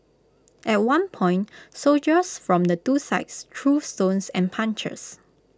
at one point soldiers from the two sides threw stones and punches